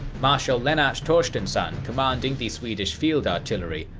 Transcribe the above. marshal lennart torstensson, commanding the swedish field artillery,